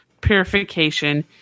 purification